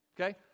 okay